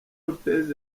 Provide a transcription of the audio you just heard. lopez